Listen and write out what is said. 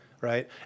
right